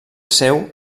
seu